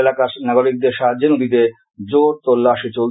এলাকার নাগরিকদের সাহায্যে নদীতে জোর তল্লাসী চলছে